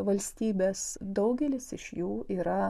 valstybes daugelis iš jų yra